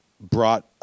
brought